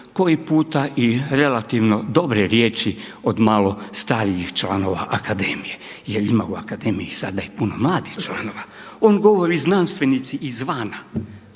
koji puta i relativno dobre riječi od malo starijih članova akademije jer ima u akademiji sada i puno mladih članova. On govori znanstvenici izvana.